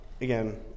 again